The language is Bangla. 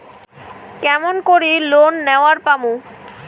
কেমন করি লোন নেওয়ার পামু?